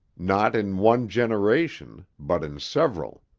not in one generation, but in several.